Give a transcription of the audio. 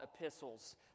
Epistles